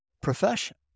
profession